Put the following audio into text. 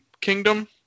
kingdom